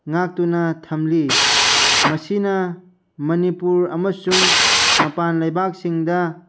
ꯉꯥꯛꯇꯨꯅ ꯊꯝꯂꯤ ꯃꯁꯤꯅ ꯃꯅꯤꯄꯨꯔ ꯑꯃꯁꯨꯡ ꯃꯄꯥꯜ ꯂꯩꯕꯥꯛꯁꯤꯡꯗ